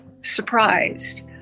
surprised